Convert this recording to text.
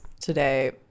today